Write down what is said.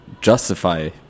justify